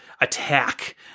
attack